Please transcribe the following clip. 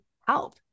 help